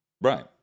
Right